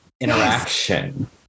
interaction